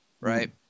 right